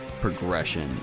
progression